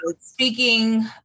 speaking